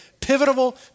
pivotal